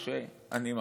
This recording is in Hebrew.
מה שאני מכיר.